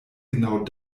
genau